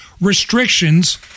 restrictions